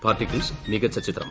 particles മികച്ചു ചിത്രം